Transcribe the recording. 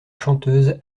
chanteuse